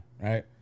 right